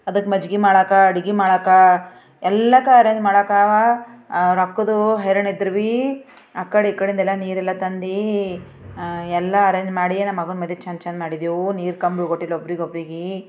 ಅದಕ್ಕೆ ಮಜ್ಜಿಗೆ ಮಾಡಕ್ಕ ಅಡುಗೆ ಮಾಡಾಕ್ಕ ಎಲ್ಲಕ ಅರೇಂಜ್ ಮಾಡಕ್ಕ ರೊಕ್ಕದು ಹೈರಾಣಿದ್ರು ಬೀ ಆ ಕಡೆ ಈ ಕಡೇಂದೆಲ್ಲ ನೀರೆಲ್ಲ ತಂದು ಎಲ್ಲ ಅರೇಂಜ್ ಮಾಡಿ ನಮ್ಮಗನ ಮದುವೆ ಚೆಂದ ಚೆಂದ ಮಾಡಿದೆವು ನೀರು ಕಮ್ಮಿ ಬೀಳಗೊಟ್ಟಿಲ್ಲ ಒಬ್ಬರಿಗೊಬ್ಬರಿಗೆ